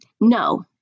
No